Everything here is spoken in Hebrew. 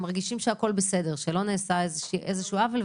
מרגישים שהכול בסדר ושלא נעשה איזשהו עוול,